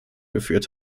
geführt